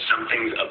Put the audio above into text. something's